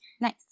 Nice